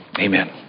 amen